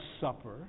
Supper